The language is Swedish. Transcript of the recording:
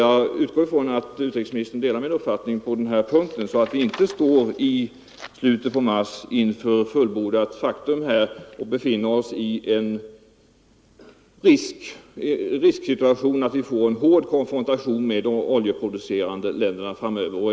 Jag räknar med att utrikesministern delar min uppfattning på denna punkt så att vi inte i slutet av mars står inför fullbordat faktum och befinner oss i den situationen, att vi riskerar en hård konfrontation med de oljeproducerande länderna framöver.